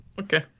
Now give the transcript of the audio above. Okay